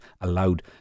allowed